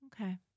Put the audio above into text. Okay